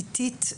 איטית,